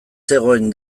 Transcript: zegoen